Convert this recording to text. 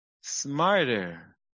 Smarter